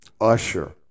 Usher